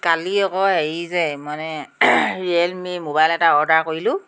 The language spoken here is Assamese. এই কালি আকৌ হেৰি যে মানে ৰিয়েলমি মোবাইল এটা অৰ্ডাৰ কৰিলোঁ